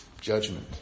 Judgment